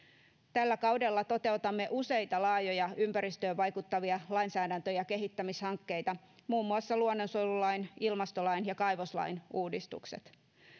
tällä kaudella toteutamme useita laajoja ympäristöön vaikuttavia lainsäädäntö ja kehittämishankkeita muun muassa luonnonsuojelulain ilmastolain ja kaivoslain uudistukset